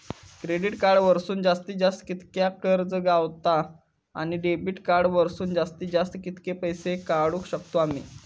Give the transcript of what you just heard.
Credit card वरसून जास्तीत जास्त कितक्या कर्ज गावता, आणि डेबिट कार्ड वरसून जास्तीत जास्त कितके पैसे काढुक शकतू आम्ही?